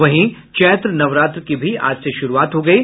वहीं चैत्र नवरात्र की भी आज से शुरूआत हुई है